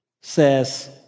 says